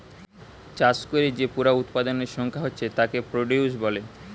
চাষ কোরে যে পুরা উৎপাদনের সংখ্যা হচ্ছে তাকে প্রডিউস বলে